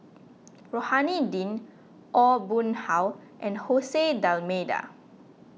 Rohani Din Aw Boon Haw and Jose D'Almeida